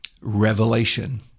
revelation